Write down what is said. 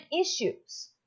issues